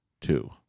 two